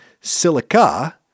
silica